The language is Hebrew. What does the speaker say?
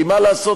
כי מה לעשות,